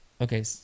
Okay